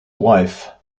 wife